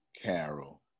Carol